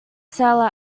sell